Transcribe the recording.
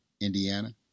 Indiana